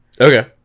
Okay